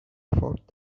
thought